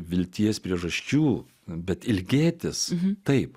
vilties priežasčių bet ilgėtis taip